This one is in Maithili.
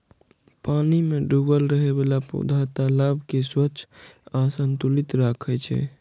पानि मे डूबल रहै बला पौधा तालाब कें स्वच्छ आ संतुलित राखै छै